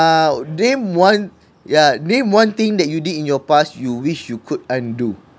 name one yeah name one thing that you did in your past you wish you could undo